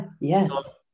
yes